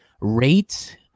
rate